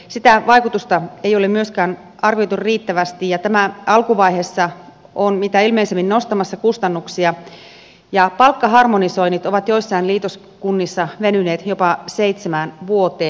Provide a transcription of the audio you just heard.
sitä vaikutusta ei ole myöskään arvioitu riittävästi ja tämä alkuvaiheessa on mitä ilmeisimmin nostamassa kustannuksia ja palkkaharmonisoinnit ovat joissain liitoskunnissa venyneet jopa seitsemään vuoteen